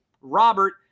Robert